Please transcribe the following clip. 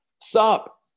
Stop